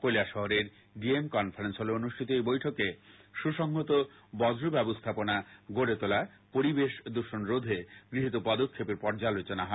কৈলাসহরের DM conference হলে অনুষ্ঠিত এই বৈঠকে সুসংহত বর্জ্য ব্যবস্হাপনা গডে তোলা পরিবেশ দৃষণ রোধে গৃহীত পদক্ষেপের পর্যালোচনা হয়